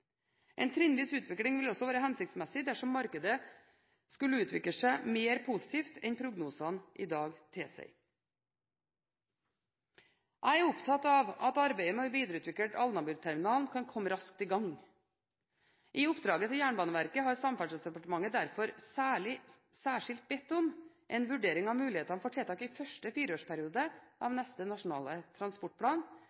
En trinnvis utvikling vil også være hensiktsmessig dersom markedet skulle utvikle seg mer positivt enn prognosene i dag tilsier. Jeg er opptatt av at arbeidet med å videreutvikle Alnabruterminalen kan komme raskt i gang. I oppdraget til Jernbaneverket har Samferdselsdepartementet derfor særskilt bedt om en vurdering av mulighetene for tiltak i første fireårsperiode av